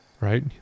right